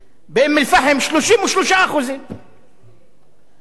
33%. בשפרעם,